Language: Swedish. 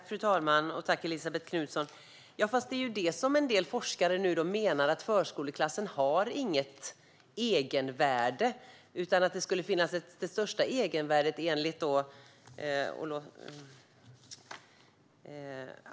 Fru talman! En del forskare menar ju att förskoleklassen inte har något egenvärde.